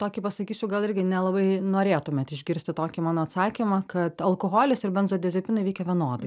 tokį pasakysiu gal irgi nelabai norėtumėt išgirsti tokį mano atsakymą kad alkoholis ir benzodiazepinai veikia vienodai